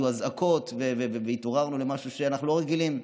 היו אזעקות והתעוררנו למשהו שאנחנו לא רגילים.